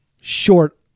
short